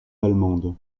allemande